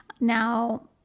Now